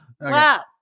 Wow